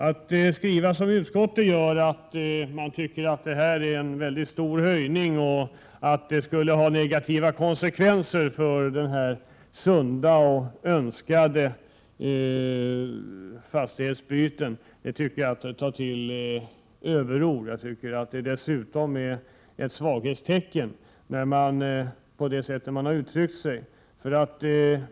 Att skriva som utskottet gör, att detta är en mycket stor höjning som skulle få negativa konsekvenser för sunda och önskade fastighetsbyten, tycker jag är att ta till överord. Det sätt man uttryckt sig på är egentligen ett svaghetstecken.